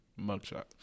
mugshot